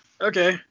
okay